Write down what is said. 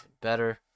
better